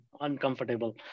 uncomfortable